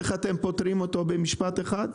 איך אתם פותרים אותו במשפט אחד?